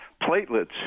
platelets